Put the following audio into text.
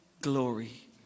glory